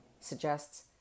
suggests